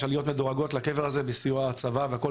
יש עליות מדורגות לקבר הזה בסיוע הצבא והכל,